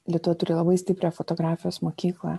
lietuva turi labai stiprią fotografijos mokyklą